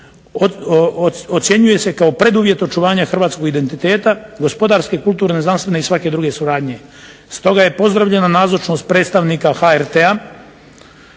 ocjenjuje se kao preduvjet očuvanja hrvatskog identiteta, gospodarske, kulturne, znanstvene i svake druge suradnje. Stoga je pozdravljena nazočnost predstavnika HRT-a